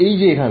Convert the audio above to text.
এই যে এখানে